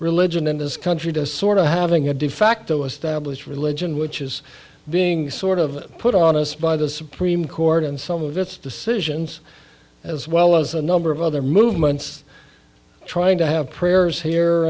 religion in this country to sort of having a de facto established religion which is being sort of put on us by the supreme court and some of its decisions as well as a number of other movements trying to have prayers here